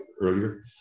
earlier